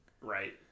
Right